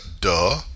duh